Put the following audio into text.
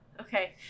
okay